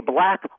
Black